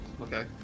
Okay